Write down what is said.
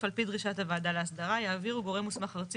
על פי דרישת הוועדה להסדרה יעביר גורם מוסמך ארצי